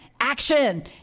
action